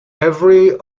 every